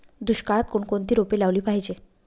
दुष्काळात कोणकोणती रोपे लावली पाहिजे?